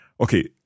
Okay